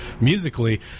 musically